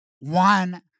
One